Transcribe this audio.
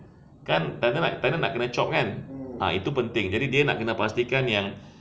kan takkan nak takkan nak kena chop kan